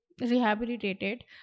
rehabilitated